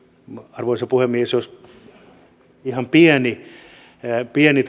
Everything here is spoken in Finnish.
arvoisa puhemies jos ihan pieni pieni